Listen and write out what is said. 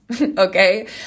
okay